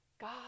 God